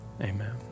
Amen